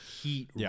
heat